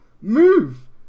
Move